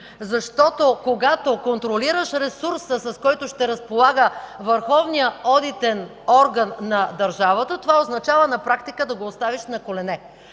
защото когато контролираш ресурса, с който ще разполага върховният одитен орган на държавата, това означава на практика да го оставиш на колене.